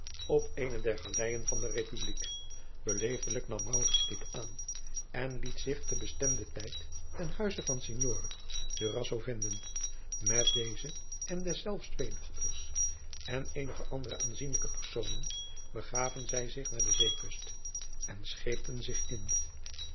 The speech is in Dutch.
op eene der galeijen van de republiek beleefdelijk nam maurits dit aan en liet zich ten bestemden tijd ten huize van signore durazzo vinden met deze en deszelfs twee dochters en eenige andere aanzienlijke personen begaven zij zich naar de zeekust en scheepten zich in